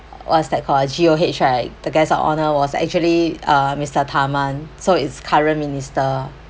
what's that called G_O_H right the guest of honour was actually uh mister Tharman so it's current minister